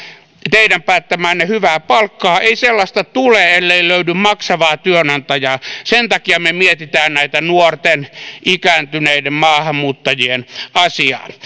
teidän päättämäänne hyvää palkkaa ei sellaista tule ellei löydy maksavaa työnantajaa sen takia me mietimme nuorten ikääntyneiden maahanmuuttajien asiaa